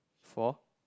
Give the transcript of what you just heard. for